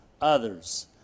others